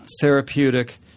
therapeutic